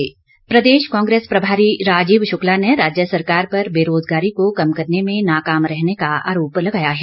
राजीव शुक्ला प्रदेश कांग्रेस प्रभारी राजीव शुक्ला ने राज्य सरकार पर बेरोजगारी को कम करने में नाकाम रहने का आरोप लगाया है